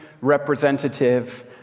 representative